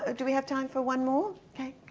ah do we have time for one more? okay. good.